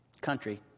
country